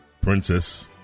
Princess